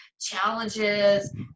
challenges